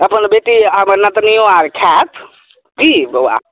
अपन बेटी आ हमर नतनिओ आर खाएत की बौआ